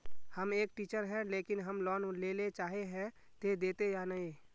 हम एक टीचर है लेकिन हम लोन लेले चाहे है ते देते या नय?